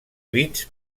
bits